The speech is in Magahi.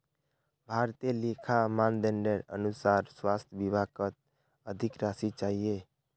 भारतीय लेखा मानदंडेर अनुसार स्वास्थ विभागक अधिक राशि चाहिए